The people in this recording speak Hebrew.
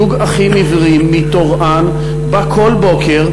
זוג אחים עיוורים מטורעאן בא כל בוקר,